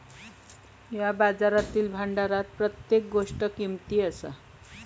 या बाजारातील भांडारात प्रत्येक गोष्ट किमती असा